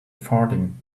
farting